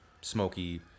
smoky